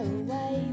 away